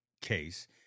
case